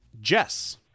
Jess